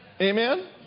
Amen